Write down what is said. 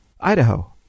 Idaho